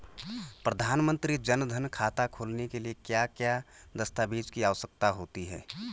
प्रधानमंत्री जन धन खाता खोलने के लिए क्या क्या दस्तावेज़ की आवश्यकता होती है?